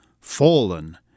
fallen